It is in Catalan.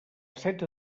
setze